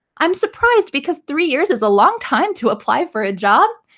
i'm surprised because three years is a long time to apply for a job.